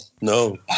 no